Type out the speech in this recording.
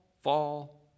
fall